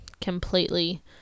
completely